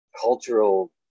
cultural